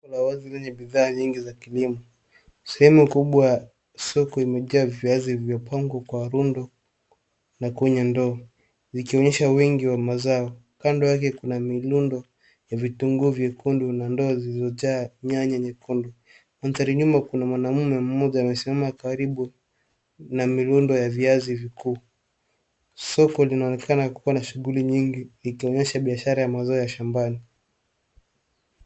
Soko la wazi lenye bidhaa nyingi za kilimo. Sehemu kubwa ya soko imejaa viazi vilivyopangwa kwa rundo na kwenye ndoo ikionyesha wingi wa mazao. Kando yake kuna mirundo ya vitunguu vyekundu na ndoo zilizojaa nyanya nyekundu. Mandhari nyuma kuna mwanamume mmoja amesimama karibu na mirundo ya viazi vikuu. Soko linaonekana kuwa na shughuli nyingi, ikionyesha biashara ya mazao ya shambani.